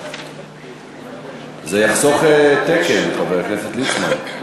זה יחסוך תקן, חבר הכנסת ליצמן.